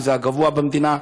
הגבוה במדינה.